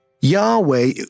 Yahweh